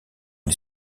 les